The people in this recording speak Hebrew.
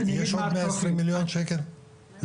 יש עוד מאה עשרים מיליון שקל לתכנון?